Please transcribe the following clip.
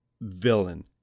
villain